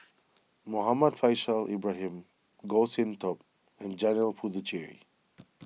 Muhammad Faishal Ibrahim Goh Sin Tub and Janil Puthucheary